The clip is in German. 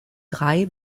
drei